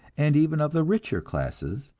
and even of the richer classes,